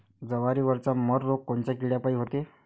जवारीवरचा मर रोग कोनच्या किड्यापायी होते?